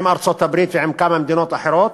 עם ארצות-הברית ועם כמה מדינות אחרות,